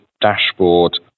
dashboard